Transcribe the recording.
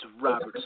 Robert